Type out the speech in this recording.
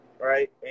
Right